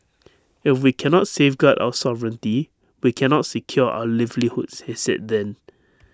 if we cannot safeguard our sovereignty we cannot secure our livelihoods he said then